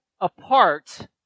apart